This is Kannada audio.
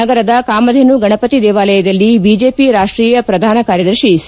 ನಗರದ ಕಾಮದೇನು ಗಣಪತಿ ದೇವಾಲಯದಲ್ಲಿ ಬಿಜೆಪಿ ರಾಷ್ಷೀಯ ಪ್ರಧಾನ ಕಾರ್ನದರ್ತಿ ಸಿ